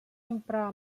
emprar